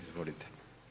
Izvolite.